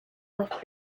with